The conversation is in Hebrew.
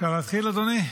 אפשר להתחיל, אדוני?